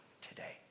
today